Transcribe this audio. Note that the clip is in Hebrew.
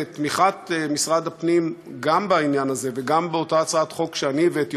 תמיכת משרד הפנים גם בעניין הזה וגם באותה הצעת חוק שאני הבאתי,